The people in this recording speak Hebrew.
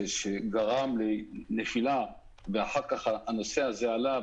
שגרם לנפילה ואחר כך הנושא הזה עלה,